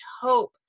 hope